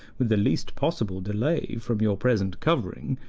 with the least possible delay, from your present covering.